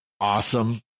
awesome